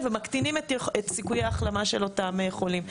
ומקטינים את סיכויי ההחלמה של אותם חולים.